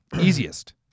Easiest